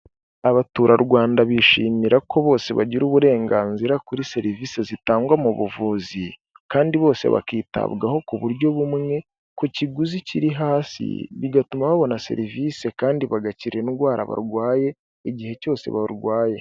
Abaturarwanda bishimira ko bose bagira uburenganzira kuri serivisi zitangwa mu buvuzi, kandi bose bakitabwaho ku buryo bumwe ku kiguzi kiri hasi, bigatuma babona serivisi kandi bagakira indwara barwaye igihe cyose barwaye.